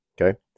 Okay